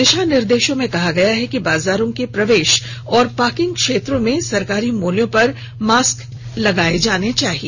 दिशा निर्देशों में कहा गया है कि बाजारों के प्रवेश और पार्किंग क्षेत्रों में सरकारी मूल्यों पर मास्क कियोस्क लगाए जाने चाहिए